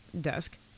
desk